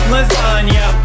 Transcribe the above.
Lasagna